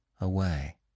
away